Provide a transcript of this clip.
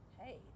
hey